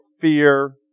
fear